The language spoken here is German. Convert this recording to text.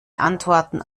antworten